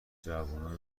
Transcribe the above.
جوونای